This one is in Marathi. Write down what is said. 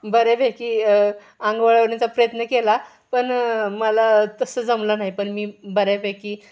बऱ्यापैकी अंग वाळवण्याचा प्रयत्न केला पण मला तसं जमलं नाही पण मी बऱ्यापैकी